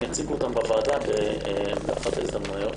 יציגו אותם בוועדה באחת ההזדמנויות